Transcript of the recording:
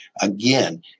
Again